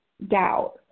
doubt